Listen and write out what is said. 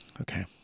Okay